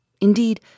Indeed